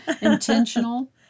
Intentional